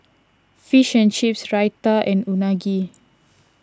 Fish and Chips Raita and Unagi